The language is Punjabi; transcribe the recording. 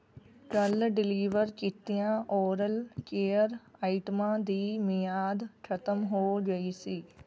ਕੱਲ੍ਹ ਡਿਲੀਵਰ ਕੀਤੀਆਂ ਓਰਲ ਕੇਅਰ ਆਈਟਮਾਂ ਦੀ ਮਿਆਦ ਖ਼ਤਮ ਹੋ ਗਈ ਸੀ